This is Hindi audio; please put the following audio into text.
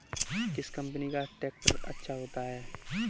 किस कंपनी का ट्रैक्टर अच्छा होता है?